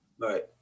Right